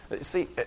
See